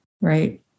right